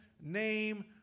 name